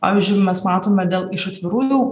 pavyzdžiui mes matome dėl iš atvirųjų